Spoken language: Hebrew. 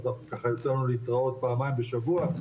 אז ככה יצא לנו להתראות פעמיים בשבוע,